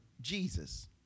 Jesus